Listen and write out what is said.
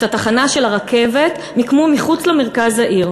את התחנה של הרכבת מיקמו מחוץ למרכז העיר.